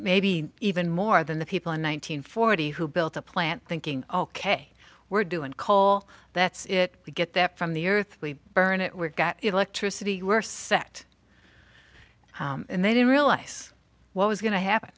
maybe even more than the people in one nine hundred forty who built a plant thinking ok we're doing coal that's it we get that from the earthly burn it we've got electricity we're sect and they don't realize what was going to happen